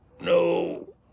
No